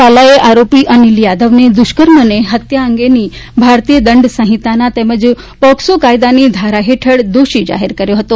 કાલાએ આરોપી અનીલ યાદવને દુષ્કર્મ અને હતયા અંગેની ભારતીય દંડ સંહિતાના તેમજ પોકસો કાયદાની ધારા હેઠળ દોષી જાહેર કર્યો હતો